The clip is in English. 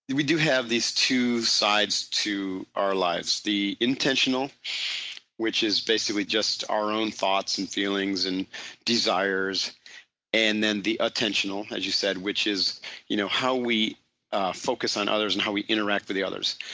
we do have these two sides to our lives. the intentional which is basically just our own thoughts and feelings and desires and then the attentional as you said which is you know how we focus on others and how we interact with the others.